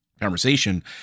conversation